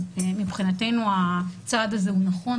אז מבחינתנו הצעד הזה הוא נכון,